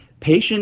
patient